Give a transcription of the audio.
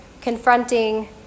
Confronting